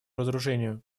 разоружению